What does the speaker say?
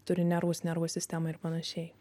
turi nervus nervų sistemą ir panašiai